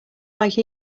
like